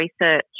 research